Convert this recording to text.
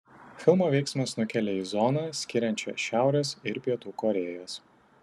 filmo veiksmas nukelia į zoną skiriančią šiaurės ir pietų korėjas